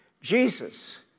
Jesus